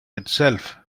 itself